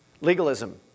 Legalism